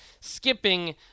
skipping